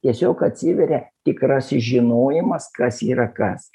tiesiog atsiveria tikrasis žinojimas kas yra kas